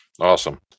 Awesome